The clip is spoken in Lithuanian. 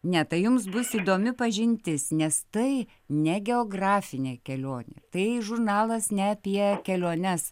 ne tai jums bus įdomi pažintis nes tai ne geografinė kelionė tai žurnalas ne apie keliones